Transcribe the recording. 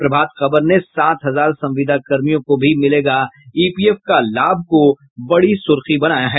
प्रभात खबर ने सात हजार संविदाकर्मियों को भी मिलेगा ईपीएफ का लाभ को बड़ी सुर्खी दी है